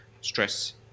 stress